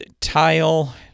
tile